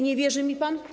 Nie wierzy mi pan?